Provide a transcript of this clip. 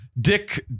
dick